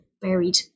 buried